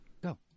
Go